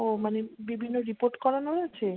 ও মানে বিভিন্ন রিপোর্ট করানো হয়েছে